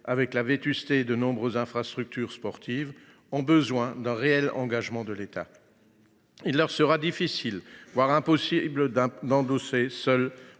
à la vétusté de nombreuses infrastructures sportives, ont besoin d’un réel engagement de l’État. En effet, il leur sera difficile, voire impossible, d’endosser seules